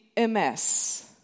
MS